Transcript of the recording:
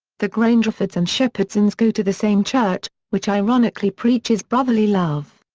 the grangerfords and shepherdsons go to the same church, which ironically preaches brotherly love.